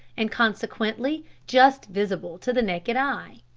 and consequently just visible to the naked eye,